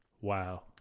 Wow